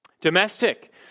Domestic